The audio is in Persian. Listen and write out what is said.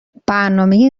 برنامه